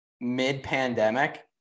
mid-pandemic